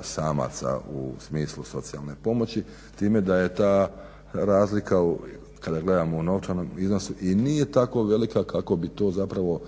samaca u smislu socijalne pomoći time da ta razlika kada gledamo u novčanom iznosu i nije tako velika kako bi to zapravo